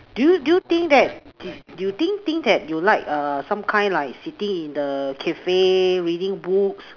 do you do you think that do you you think think that you like err some kind like sitting in the cafe reading books